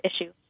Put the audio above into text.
issue